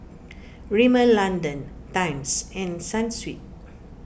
Rimmel London Times and Sunsweet